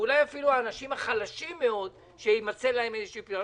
ואולי אפילו לא לאנשים החלשים מאוד שיימצא להם איזשהו פתרון.